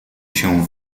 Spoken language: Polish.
się